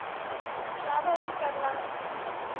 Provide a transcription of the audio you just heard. travel ही करना है